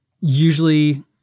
usually –